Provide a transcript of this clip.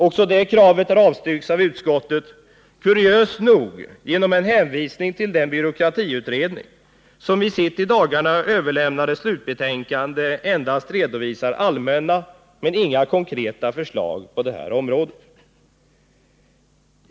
Också detta krav har avstyrkts av utskottet, kuriöst nog genom en hänvisning till den byråkratiutredning som i sitt i dagarna överlämnade slutbetänkande endast redovisar allmänna, men inga konkreta förslag på detta område.